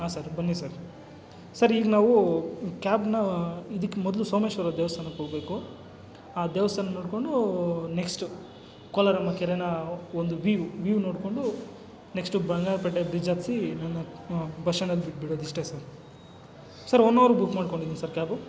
ಹಾಂ ಸರ್ ಬನ್ನಿ sir sir ಈಗ ನಾವು ಕ್ಯಾಬ್ನ ಇದಕ್ಕೆ ಮೊದಲು ಸೋಮೇಶ್ವರ ದೇವಸ್ಥಾನಕ್ಕೆ ಹೋಗ್ಬೇಕು ಆ ದೇವಸ್ಥಾನ ನೋಡಿಕೊಂಡು ನೆಕ್ಸ್ಟು ಕೋಲಾರಮ್ಮ ಕೆರೆನಾ ಒಂದು ವ್ಯೂವ್ ವ್ಯೂವ್ ನೋಡಿಕೊಂಡು ನೆಕ್ಸ್ಟು ಬಂಗಾರ ಪೇಟೆ ಬ್ರಿಜ್ಜತ್ತಿಸಿ ನನ್ನ ಬಸ್ ಸ್ಟ್ಯಾಂಡಲ್ಲಿ ಬಿಟ್ಬಿಡೋದು ಇಷ್ಟೆ ಸರ್ ಸರ್ ಒನ್ ಅವರ್ಗೆ ಬುಕ್ ಮಾಡ್ಕೊಂಡಿದ್ದೀನಿ ಸರ್ ಕ್ಯಾಬು